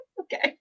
Okay